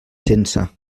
sense